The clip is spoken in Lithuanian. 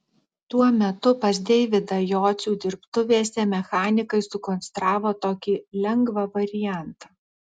tuo metu pas deividą jocių dirbtuvėse mechanikai sukonstravo tokį lengvą variantą